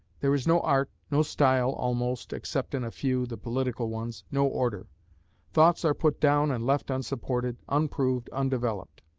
there is no art, no style, almost, except in a few the political ones no order thoughts are put down and left unsupported, unproved, undeveloped.